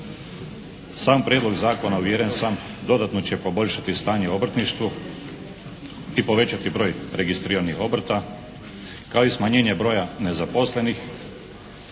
Sam Prijedlog zakona uvjeren sam dodatno će poboljšati stanje u obrtništvu i povećati broj registriranih obrta kao i smanjenje broja nezaposlenih